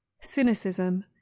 Cynicism